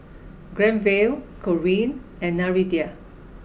Granville Corine and Nereida